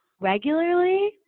Regularly